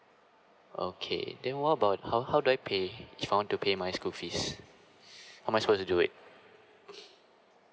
okay then what about how how do I pay to pay my school fees I supposed to do it